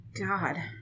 God